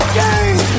game